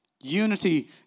Unity